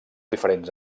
diferents